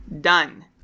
done